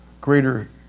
Greater